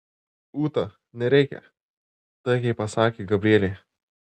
ūta nereikia taikiai pasakė gabrielė